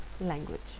Language